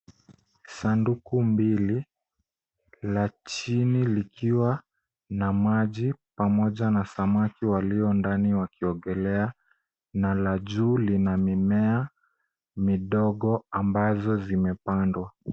Sanduku mbili, la chini likiwa na maji pamoja na samaki waliondani wakiogelea na la juu lina mimea midogo ambazo zimepandwa.